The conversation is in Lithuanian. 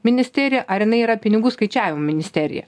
ministerija ar jinai yra pinigų skaičiavimo ministerija